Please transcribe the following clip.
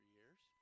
years